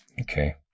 okay